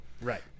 Right